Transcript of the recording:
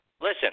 Listen